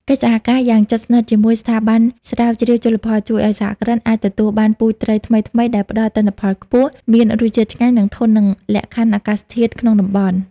កិច្ចសហការយ៉ាងជិតស្និទ្ធជាមួយស្ថាប័នស្រាវជ្រាវជលផល ជួយឱ្យសហគ្រិនអាចទទួលបានពូជត្រីថ្មីៗដែលផ្ដល់ទិន្នផលខ្ពស់ មានរសជាតិឆ្ងាញ់ និងធន់នឹងលក្ខខណ្ឌអាកាសធាតុក្នុងតំបន់។